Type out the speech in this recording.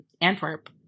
Antwerp